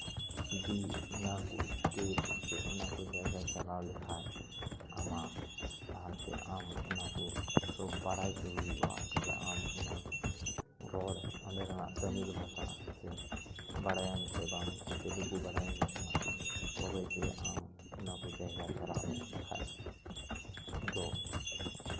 ᱡᱩᱫᱤ ᱚᱱᱟ ᱠᱚ ᱮᱥᱴᱮᱴ ᱥᱮ ᱚᱱᱟ ᱠᱚ ᱡᱟᱭᱜᱟ ᱪᱟᱞᱟᱣ ᱞᱮᱱᱠᱷᱟᱱ ᱟᱢᱟᱜ ᱞᱟᱦᱟᱛᱮ ᱟᱢ ᱚᱱᱟ ᱠᱚ ᱡᱚᱛᱚ ᱵᱟᱲᱟᱭ ᱦᱚᱪᱚ ᱦᱩᱭᱩᱜᱼᱟ ᱡᱮ ᱟᱢ ᱚᱱᱟ ᱨᱚᱲ ᱚᱸᱰᱮ ᱨᱮᱱᱟᱜ ᱛᱟᱹᱢᱤᱞ ᱵᱷᱟᱥᱟ ᱥᱮ ᱵᱟᱲᱟᱭᱟᱢ ᱥᱮ ᱵᱟᱝ ᱥᱮ ᱛᱮᱞᱮᱜᱩ ᱵᱟᱲᱟᱭᱟᱢ ᱥᱮ ᱵᱟᱝ ᱛᱚᱵᱮ ᱡᱮ ᱟᱢ ᱚᱱᱟ ᱠᱚ ᱡᱟᱭᱜᱟ ᱪᱟᱞᱟᱜ ᱢᱮ ᱵᱟᱠᱷᱟᱱ ᱫᱚ